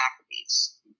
Maccabees